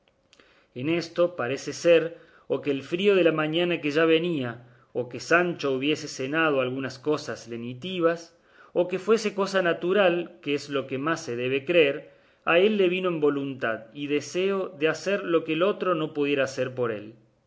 en esto parece ser o que el frío de la mañana que ya venía o que sancho hubiese cenado algunas cosas lenitivas o que fuese cosa natural que es lo que más se debe creer a él le vino en voluntad y deseo de hacer lo que otro no pudiera hacer por él